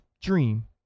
dream